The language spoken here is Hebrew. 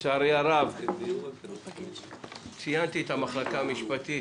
שלצערי הרב, ציינתי את המחלקה המשפטית